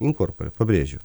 inkorpore pabrėžiu